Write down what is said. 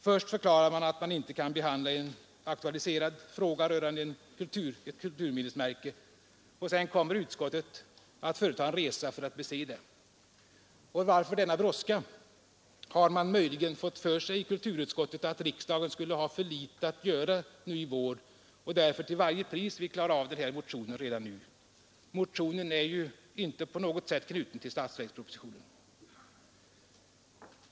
Först förklarar man att man inte kan behandla en aktualiserad fråga rörande ett kulturminnesmärke och sedan kommer utskottet att företa en resa för att bese det. Och varför denna brådska? Har man möjligen fått för sig i kulturutskottet att riksdagen skulle ha för litet att göra nu i vår och därför till varje pris vill klara av den här motionen redan nu? Motionen är ju på intet sätt knuten till statsverkspropositionen.